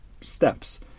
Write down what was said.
steps